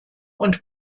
und